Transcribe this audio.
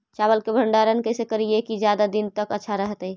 चावल के भंडारण कैसे करिये की ज्यादा दीन तक अच्छा रहै?